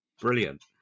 brilliant